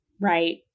right